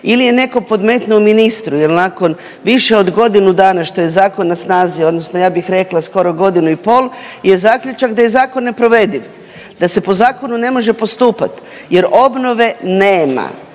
ili je netko podmetnuo ministru jel nakon više od godinu dana što je zakon na snazi odnosno ja bih rekla skoro godinu i pol je zaključak da je zakon neprovediv, da se po zakonu ne može postupat jer obnove nema,